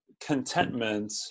contentment